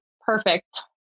perfect